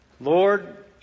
Lord